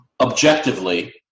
objectively